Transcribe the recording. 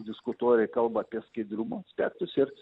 diskutuoja kalba apie skaidrumo aspektus ir